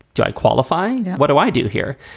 do i qualify? what do i do here?